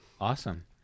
Awesome